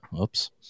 Oops